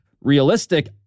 realistic